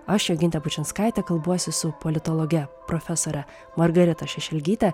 aš jogintė bučinskaitė kalbuosi su politologe profesore margarita šešelgyte